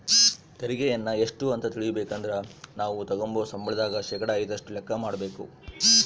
ತೆರಿಗೆಯನ್ನ ಎಷ್ಟು ಅಂತ ತಿಳಿಬೇಕಂದ್ರ ನಾವು ತಗಂಬೋ ಸಂಬಳದಾಗ ಶೇಕಡಾ ಐದರಷ್ಟು ಲೆಕ್ಕ ಮಾಡಕಬೇಕು